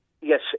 Yes